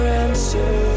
answer